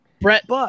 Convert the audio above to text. Brett